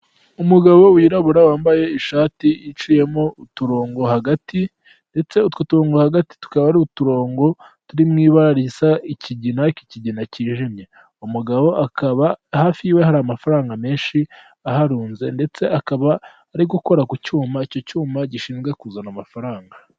Umugabo wirabura wambaye ishati iciyemo uturongo hagati ndetse utwo turongo hagati tukaba ari uturongo turi mu ibara risa ikigina ariko ikigina cyijimye, umugabo akaba hafi yiwe hari amafaranga menshi aharunze ndetse akaba ari gukora ku cyuma, icyo cyuma gishinzwe kuzana amafaranga.